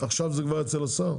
עכשיו זה כבר אצל השר?